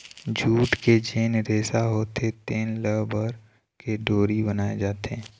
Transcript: jute के जेन रेसा होथे तेन ल बर के डोरी बनाए जाथे